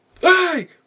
hey